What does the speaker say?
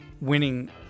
winning